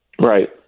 right